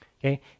okay